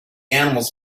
animals